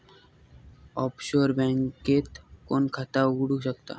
Offshore बँकेत कोण खाता उघडु शकता?